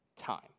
time